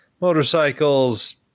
motorcycles